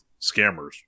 scammers